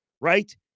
right